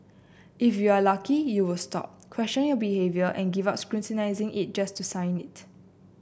if you're lucky you'll stop question your behaviour and give up scrutinising it to just sign it